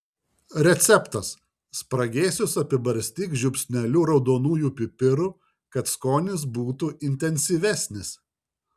receptas spragėsius apibarstyk žiupsneliu raudonųjų pipirų kad skonis būtų intensyvesnis